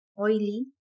oily